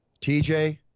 TJ